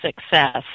success